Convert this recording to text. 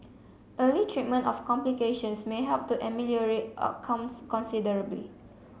early treatment of complications may help to ameliorate outcomes considerably